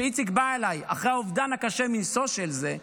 כשאיציק בא אליי אחרי האובדן הקשה מנשוא שהוא חווה,